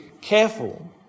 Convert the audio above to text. careful